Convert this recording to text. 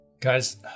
Guys